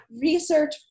research